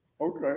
Okay